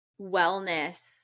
wellness